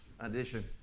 addition